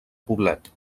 poblet